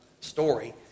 story